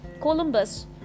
Columbus